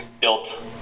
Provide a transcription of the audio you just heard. built